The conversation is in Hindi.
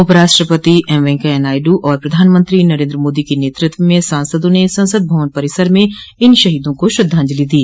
उपराष्ट्रपति एम वेंकैया नायडू और प्रधानमंत्री नरेन्द्र मोदी के नेतृत्व में सांसदों ने संसद भवन परिसर में इन शहीदा को श्रद्धांजलि दी